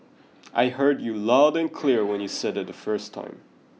I heard you loud and clear when you said it the first time